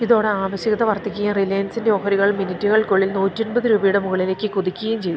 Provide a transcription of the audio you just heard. ഇതോടെ ആവശ്യകത വർദ്ധിക്കുകയും റിലയൻസിൻ്റെ ഓഹരികൾ മിനിറ്റുകൾക്കുള്ളിൽ നൂറ്റിയെൺപത് രൂപയുടെ മുകളിലേക്ക് കുതിക്കുകയും ചെയ്തു